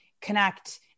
connect